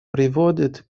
приводит